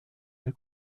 der